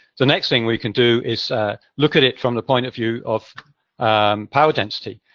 the next thing we can do is look at it from the point of view of power density.